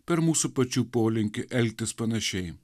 per mūsų pačių polinkį elgtis panašiai